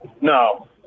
No